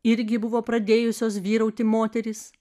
irgi buvo pradėjusios vyrauti moterys